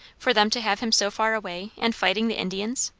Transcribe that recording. for them to have him so far away, and fighting the indians?